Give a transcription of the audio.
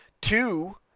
two